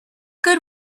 good